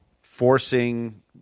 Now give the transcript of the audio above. forcing